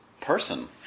person